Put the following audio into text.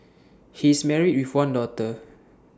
he is married with one daughter